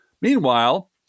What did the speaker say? Meanwhile